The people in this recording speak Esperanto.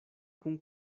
kun